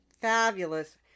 fabulous